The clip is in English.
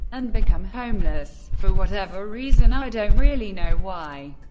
and become homeless. for whatever reason, i don't really know why,